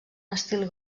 estil